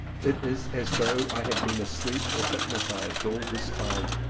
it is as though i had been asleep or hypnotized all this time,